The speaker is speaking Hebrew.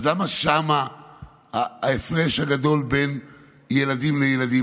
אז למה שם ההפרש הגדול בין ילדים לילדים?